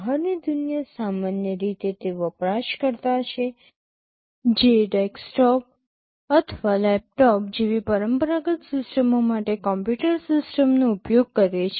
બહારની દુનિયા સામાન્ય રીતે તે વપરાશકર્તા છે જે ડેસ્કટોપ અથવા લેપટોપ જેવી પરંપરાગત સિસ્ટમો માટે કમ્પ્યુટર સિસ્ટમનો ઉપયોગ કરે છે